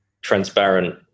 transparent